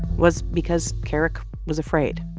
was because kerrick was afraid.